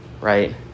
right